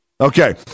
Okay